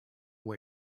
way